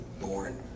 born